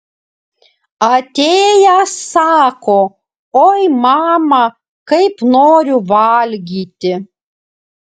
atėjęs sako oi mama kaip noriu valgyti